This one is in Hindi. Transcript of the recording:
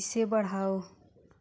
इसे बढ़ाओ